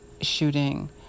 shooting